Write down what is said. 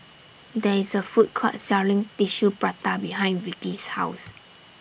There IS A Food Court Selling Tissue Prata behind Vickie's House